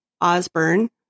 Osborne